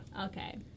Okay